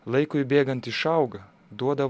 laikui bėgant išauga duoda